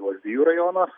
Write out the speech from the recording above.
lazdijų rajonas